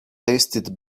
tasted